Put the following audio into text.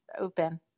open